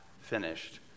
finished